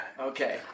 Okay